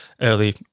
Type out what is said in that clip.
early